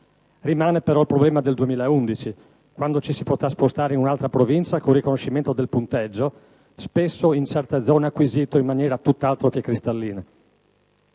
Rimane però il problema del 2011, quando ci si potrà spostare in un'altra Provincia col riconoscimento del punteggio, spesso in certe zone acquisito in maniera tutt'altro che cristallina.